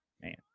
Man